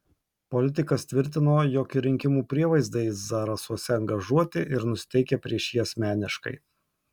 politikas tvirtino jog ir rinkimų prievaizdai zarasuose angažuoti ir nusiteikę prieš jį asmeniškai